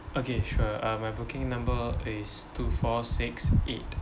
okay sure uh my booking number is two four six eight